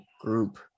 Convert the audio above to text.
group